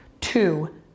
Two